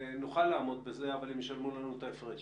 נוכל לעמוד בזה אבל אם ישלמו לנו את ההפרש